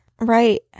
Right